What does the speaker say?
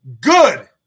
Good